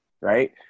right